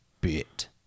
bit